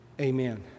Amen